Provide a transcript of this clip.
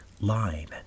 line